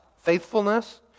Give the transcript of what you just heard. Faithfulness